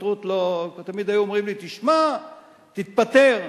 תמיד היו אומרים לי: תשמע, תתפטר.